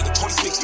26